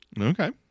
Okay